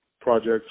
projects